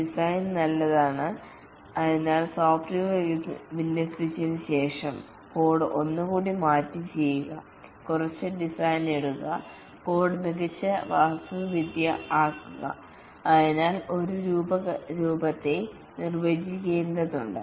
designing നല്ലതാണ് അതിനാൽ software വിന്യസിച്ചതിന് ശേഷം കോഡ് ഒന്നുകൂടി മാറ്റി ചെയ്യുക കുറച്ച് ഡിസൈൻ ഇടുക കോഡ് മികച്ച വാസ്തുവിദ്യ ആക്കുക അതിനാൽ ഒരു രൂപകത്തെ നിർവചിക്കേണ്ടതുണ്ട്